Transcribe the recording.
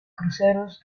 cruceros